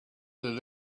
that